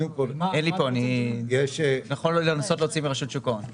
אין לי פה אני יכול לנסות להוציא ברשות שוק ההון.